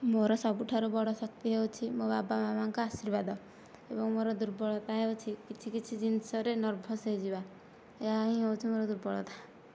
ମୋର ସବୁଠାରୁ ବଡ ଶକ୍ତି ହେଉଛି ମୋ ବାବା ମାମାଙ୍କ ଆଶୀର୍ବାଦ ଏବଂ ମୋର ଦୁର୍ବଳତା ହେଉଛି କିଛି କିଛି ଜିନିଷରେ ନର୍ଭସ ହୋଇଯିବା ଏହାହିଁ ହେଉଛି ମୋର ଦୁର୍ବଳତା